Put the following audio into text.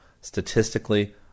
statistically